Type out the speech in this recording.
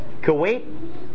Kuwait